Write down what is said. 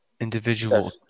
Individual